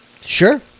Sure